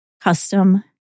custom